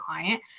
client